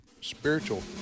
spiritual